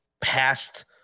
past